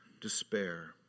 Despair